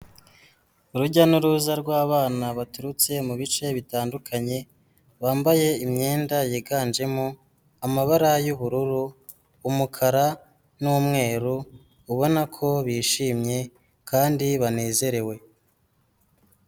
Urujya n'uruza rw'abana baturutse mu bice bitandukanye bambaye imyenda yiganjemo amabara y'ubururu, umukara n'umweru, ubona ko bishimye kandi banezerewe.